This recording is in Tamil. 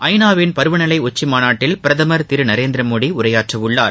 ஐநாவின் பருவநிலை உச்சி மாநாட்டில் பிரதமர் திரு நரேந்திர மோடி உரையாற்ற உள்ளார்